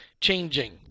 changing